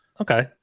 Okay